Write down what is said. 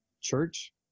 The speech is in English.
Church